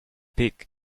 pic